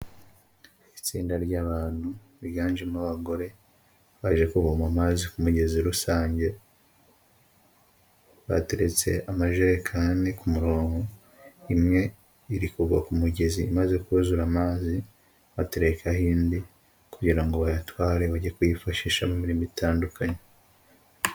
Itsinda ry'abantu biganjemo abagore baje kuvoma amazi ku mugezi rusange bateretse amajerekani ku murongo imwe iri ku mugezi imaze kuzura amazi batereka ho indi kugira ngo bayatware bajye kuyifashisha mu mirimo itandukanye.